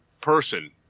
person